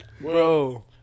Bro